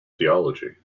theology